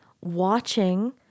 watching